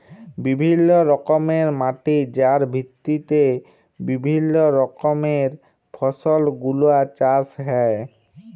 বিভিল্য রকমের মাটি যার ভিত্তিতে বিভিল্য রকমের ফসল গুলা চাষ হ্যয়ে